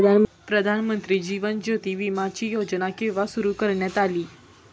प्रधानमंत्री जीवन ज्योती विमाची योजना केव्हा सुरू करण्यात आली?